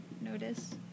notice